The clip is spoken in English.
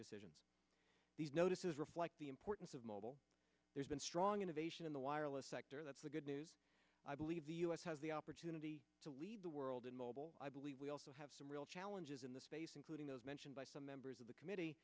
decisions these notices reflect the importance of mobile there's been strong innovation in the wireless sector that's the good news i believe the us has the opportunity to lead the world in mobile i believe we also have some real challenges in the space including those mentioned by some members of the committee